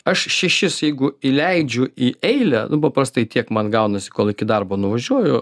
aš šešis jeigu įleidžiu į eilę nu paprastai tiek man gaunasi kol iki darbo nuvažiuoju